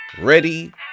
ready